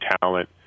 talent